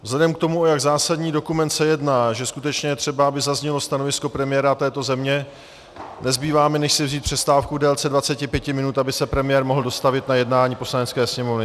Vzhledem k tomu, o jak zásadní dokument se jedná, že skutečně je třeba, aby zaznělo stanovisko premiéra této země, nezbývá mi, než si vzít přestávku v délce 25 minut, aby se premiér mohl dostavit na jednání Poslanecké sněmovny.